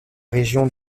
région